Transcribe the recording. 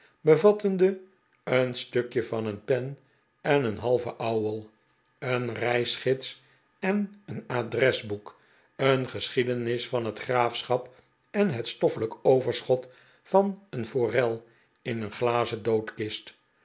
bevattende een stukje van een pen en een halven ouwel een reisgids en een adresboek een geschiedenis van het graafschap en het stoffelijk overschot van een forel in een glazen